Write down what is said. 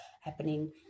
happening